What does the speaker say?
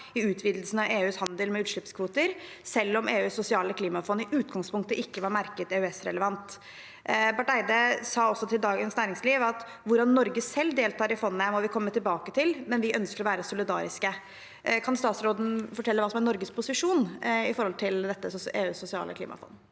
i utvidelsen av EUs handel med utslippskvoter, selv om EUs sosiale klimafond i utgangspunktet ikke var merket som EØS-relevant. Barth Eide sa også til Dagens Næringsliv: «Hvordan vi selv deltar i fondet må vi komme tilbake til. Men vi ønsker å være solidariske.» Kan statsråden fortelle hva som er Norges posisjon når det gjelder EUs sosiale klimafond?